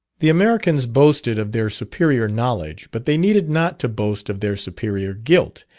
the americans boasted of their superior knowledge, but they needed not to boast of their superior guilt,